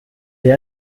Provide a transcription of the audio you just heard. dir